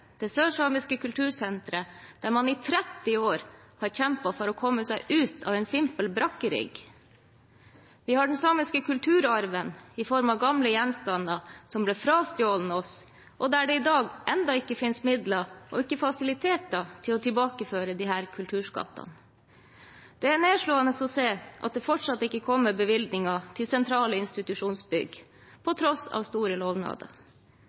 det sørsamiske kultursenteret, der man i 30 år har kjempet for å komme seg ut av en simpel brakkerigg. Vi har den samiske kulturarven i form av gamle gjenstander som ble frastjålet oss, og der det i dag ennå ikke finnes midler og ikke fasiliteter til å tilbakeføre disse kulturskattene. Det er nedslående å se at det fortsatt ikke kommer bevilgninger til sentrale institusjonsbygg på tross av store lovnader.